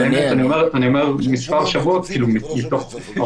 אני שואל מתי הוא הולך לצאת, לא מתי הוא יכול.